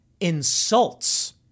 insults